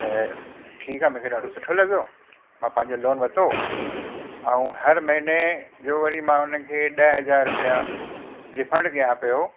त ठीकु आहे मूंखे ॾाढो सुठो लॻो मां पंहिंजो लोन वरितो ऐं हर महीने जो वरी जो मां उन्हनि खे ॾह हज़ार रुपिया रीफंड कयां पियो